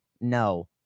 no